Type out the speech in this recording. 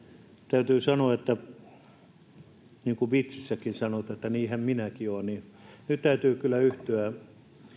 täytyy sanoa niin kuin vitsissäkin sanotaan että niinhän minäkin olen että nyt täytyy kyllä yhtyä